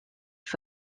for